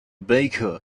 baker